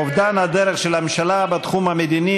אובדן הדרך של הממשלה בתחום המדיני,